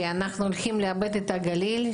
שאמר שאנחנו הולכים לאבד את הגליל,